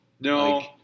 No